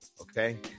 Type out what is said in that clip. okay